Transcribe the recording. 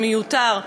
זה מיותר.